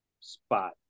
spot